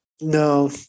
No